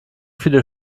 viele